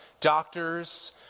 doctors